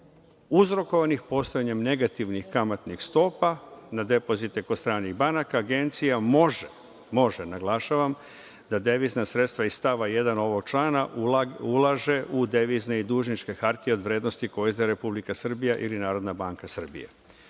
uzrokovanih postojanjem negativnih kamatnih stopa na depozite kod stranih banaka Agencija može, naglašavam može, da devizna sredstva iz stava 1. ovog člana ulaže u devizne u dužničke hartije od vrednosti koje izdaje Republika Srbija ili NBS. To je